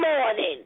morning